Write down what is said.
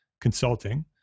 consulting